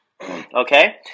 okay